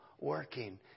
working